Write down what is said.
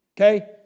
okay